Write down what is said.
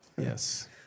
Yes